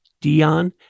Dion